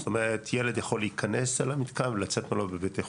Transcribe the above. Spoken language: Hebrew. זאת אומרת ילד יכול להיכנס אל המתקן ויכול לצאת ממנו בבטיחות.